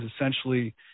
essentially